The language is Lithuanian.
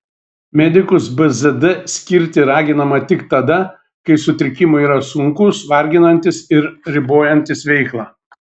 medikus bzd skirti raginama tik tada kai sutrikimai yra sunkūs varginantys ir ribojantys veiklą